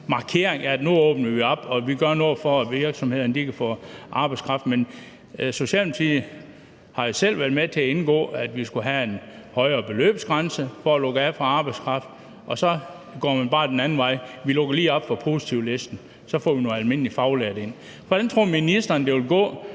åbner op, og at vi gør noget for, at virksomhederne kan få arbejdskraft; men Socialdemokratiet har jo selv været med til at indgå aftale om, at vi skulle have en højere beløbsgrænse for at lukke af for arbejdskraft, og så går man bare den anden vej og lukker lige op for positivlisten, så vi får nogle almindelige faglærte ind. Hvordan tror ministeren det vil gå,